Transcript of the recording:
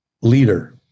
leader